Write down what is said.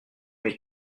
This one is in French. mais